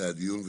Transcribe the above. הדיון בדרך.